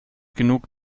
genug